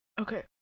Okay